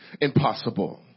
impossible